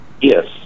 Yes